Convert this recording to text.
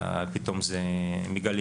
פתאום מגלים